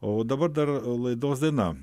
o dabar dar laidos daina